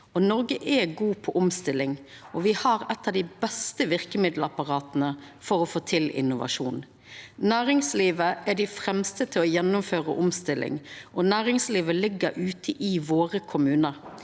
Noreg er god på omstilling, og vi har eit av dei beste verkemiddelapparata for å få til innovasjon. Næringslivet er dei fremste til å gjennomføra omstilling, og næringslivet ligg ute i kommunane